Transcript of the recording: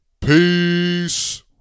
Peace